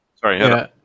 Sorry